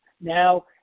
now